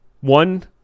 One